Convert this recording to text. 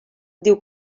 diu